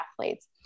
athletes